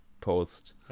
post